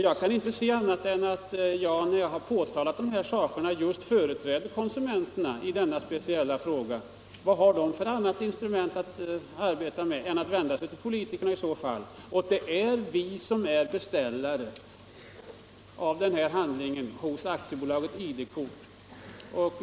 Jag kan inte se annat än att jag, när jag påtalar de här sakerna, företräder just konsumenterna i denna speciella fråga. Vad har de för annan möjlighet än att vända sig till politiker? Och det är ju vi som är beställare av den här handlingen hos AB ID-kort.